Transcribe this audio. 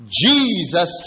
jesus